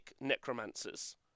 necromancers